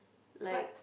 but